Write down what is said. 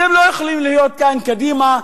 אתם לא יכולים לייצג כאן את קדימה,